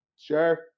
sure